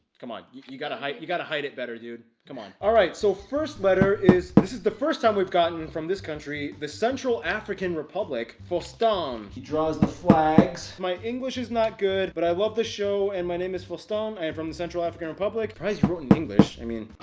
come on. you got a height you got to hide it better dude. come on alright, so first letter is this is the first time we've gotten from this country the central african republic forced um, he draws the flags. my english is not good, but i love the show and my name is phil stone i am from the central african republic. probably wrote in english. i mean,